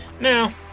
Now